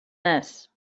this